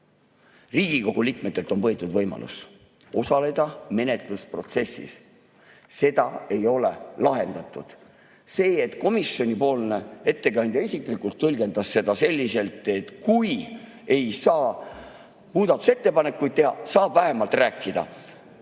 Riigikogu liikmetelt on võetud võimalus osaleda menetlusprotsessis. Seda ei ole lahendatud. Komisjoni ettekandja isiklikult tõlgendas seda selliselt, et kui ei saa muudatusettepanekuid teha, saab vähemalt rääkida. Kui